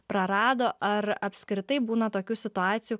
prarado ar apskritai būna tokių situacijų